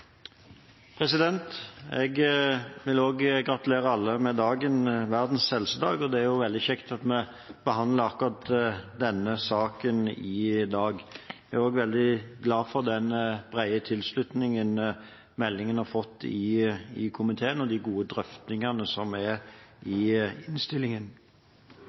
jo veldig kjekt at vi behandler akkurat denne saken i dag. Jeg er veldig glad for den brede tilslutningen meldingen har fått i komiteen, og de gode drøftingene som er i innstillingen.